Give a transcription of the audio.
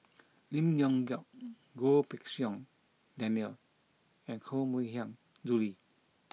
Lim Leong Geok Goh Pei Siong Daniel and Koh Mui Hiang Julie